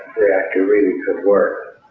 reactor really could work.